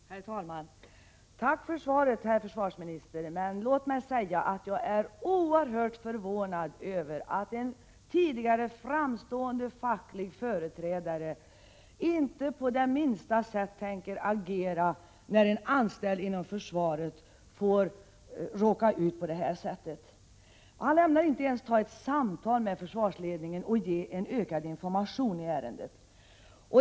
Herr talman! Tack för svaret, herr försvarsminister, men låt mig säga att jag är oerhört förvånad över att en tidigare framstående facklig företrädare inte på det minsta sätt tänker agera när en anställd inom försvaret råkar ut på det sätt som jag har beskrivit i min fråga. Försvarsministern ämnar inte ens ta ett samtal med försvarsledningen och ge ökad information i ärendet.